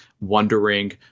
wondering